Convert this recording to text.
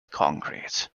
concrete